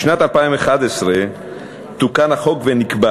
בשנת 2011 תוקן החוק ונקבע